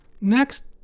Next